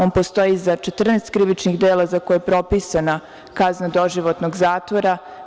On postoji za 14 krivičnih dela za koje je propisana kazna doživotnog zatvora.